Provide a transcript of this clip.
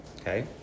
okay